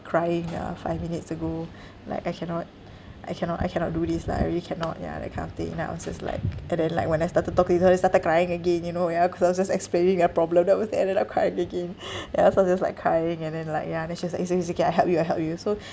crying ah five minutes ago like I cannot I cannot I cannot do this lah I really cannot ya that kind of thing then I was just like and then like when I started talking to her then started crying again you know ya cause I was just explaining my problem and then I almost ended up crying again ya so just like crying and then like ya then she was like it's okay it's okay I help you I help you so